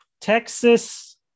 Texas